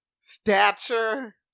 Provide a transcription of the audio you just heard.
Stature